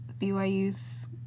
BYU's